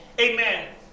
Amen